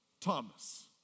Thomas